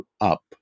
up